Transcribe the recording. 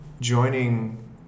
Joining